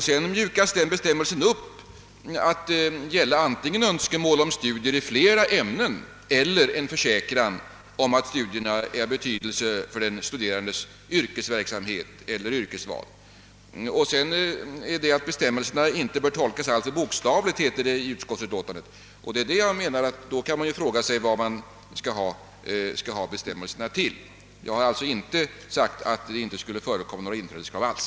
Sedan mjukas bestämmelsen upp till att gälla antingen önskemål om studier i flera ämnen eller en försäkran att studierna är av betydelse för den studerandes yrkesverksamhet eller yrkesval. Vidare heter det i utskottsutlåtandet att bestämmelsen inte bör tolkas alltför bokstavligt, och då kan man ju fråga sig vad vi skall ha bestämmelser till. Men jag har inte sagt att det inte skall förekomma några inträdeskrav alls.